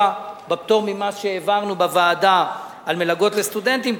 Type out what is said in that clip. בפטור ממס שהעברנו בוועדה על מלגות לסטודנטים,